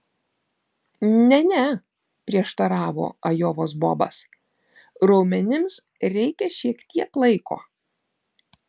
ne ne prieštaravo ajovos bobas raumenims reikia šiek tiek laiko